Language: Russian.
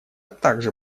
также